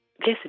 Yes